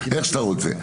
איך שאתה רוצה.